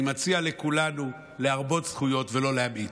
אני מציע לכולנו להרבות זכויות ולא להמעיט.